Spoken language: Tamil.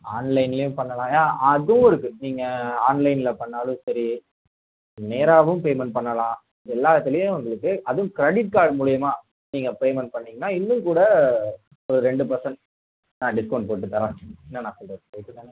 ஆன்லைன்லியும் பண்ணலாங்க அதுவும் இருக்குது நீங்கள் ஆன்லைனில் பண்ணிணாலும் சரி நேராகவும் பேமெண்ட் பண்ணலாம் எல்லாத்திலியும் உங்களுக்கு அதுவும் க்ரெடிட் கார்ட் மூலயமா நீங்கள் பேமெண்ட் பண்ணிங்கனால் இன்னும் கூட ஒரு ரெண்டு பெர்சென்ட் நான் டிஸ்கௌண்ட் போட்டு தரேன் என்ன நான் சொல்வது ரைட்டு தானேங்க